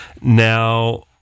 Now